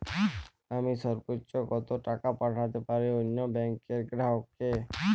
আমি সর্বোচ্চ কতো টাকা পাঠাতে পারি অন্য ব্যাংক র গ্রাহক কে?